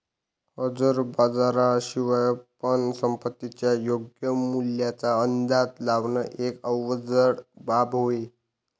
हजर बाजारा शिवाय पण संपत्तीच्या योग्य मूल्याचा अंदाज लावण एक अवघड बाब होईल